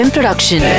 Production